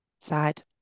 side